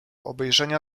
obejrzenia